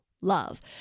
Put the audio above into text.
love